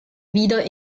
wieder